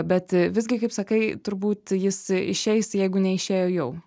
bet visgi kaip sakai turbūt jis išeis jeigu neišėjo jau